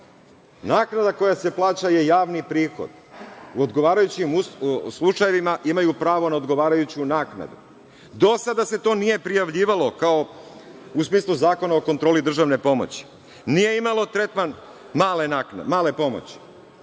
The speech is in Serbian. naknada koja se plaća je javni prihod, u odgovarajućim slučajevima imaju pravo na odgovarajuću naknadu. Do sada se to nije prijavljivalo, u smislu Zakona o kontroli državne pomoći, nije imalo tretman male pomoći,